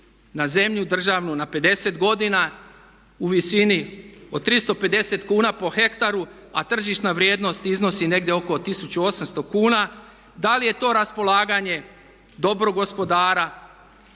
na zemlju državnu na 50 godina u visini od 350 kuna po hektaru a tržišna vrijednost iznosi negdje oko 1800 kuna. Da li je to raspolaganje dobrog gospodara?